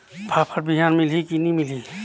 फाफण बिहान मिलही की नी मिलही?